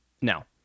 Now